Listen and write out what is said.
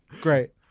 Great